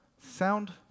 Sound